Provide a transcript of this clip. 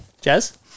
Jazz